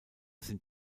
sind